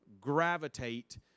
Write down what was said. gravitate